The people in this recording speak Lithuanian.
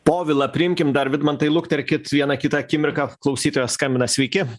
povilą priimkim dar vidmantai lukterkit vieną kitą akimirką klausytojas skambina sveiki